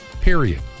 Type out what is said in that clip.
Period